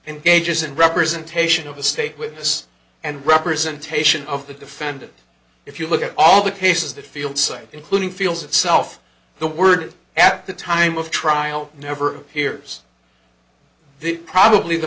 engages in representation of the state witness and representation of the defendant if you look at all the cases that field cite including feels itself the word at the time of trial never hears the probably the